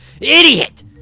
Idiot